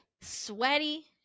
sweaty